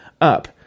up